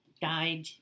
died